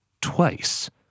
twice